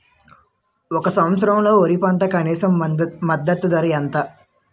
ఈ సంవత్సరంలో వరి పంటకు కనీస మద్దతు ధర ఎంత?